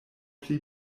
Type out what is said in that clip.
pli